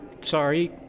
sorry